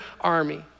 army